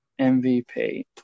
MVP